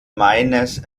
meines